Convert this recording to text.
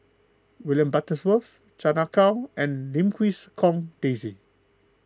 William Butterworth Chan Ah Kow and Lim Quee Hong Daisy